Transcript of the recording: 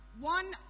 One